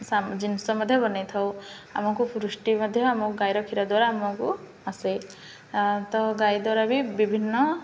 ଜିନିଷ ମଧ୍ୟ ବନେଇଥାଉ ଆମକୁ ପୃଷ୍ଟି ମଧ୍ୟ ଆମକୁ ଗାଈର କ୍ଷୀର ଦ୍ୱାରା ଆମକୁ ଆସେ ତ ଗାଈ ଦ୍ୱାରା ବି ବିଭିନ୍ନ